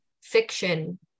fiction